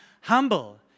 humble